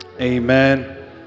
Amen